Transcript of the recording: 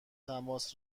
تماس